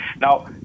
now